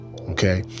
okay